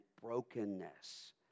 brokenness